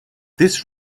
this